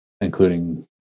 including